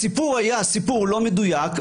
הסיפור היה סיפור לא מדויק,